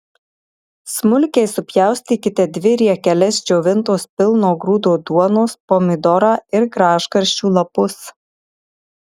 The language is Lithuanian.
smulkiai supjaustykite dvi riekeles džiovintos pilno grūdo duonos pomidorą ir gražgarsčių lapus